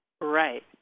Right